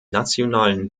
nationalen